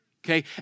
Okay